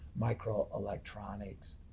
microelectronics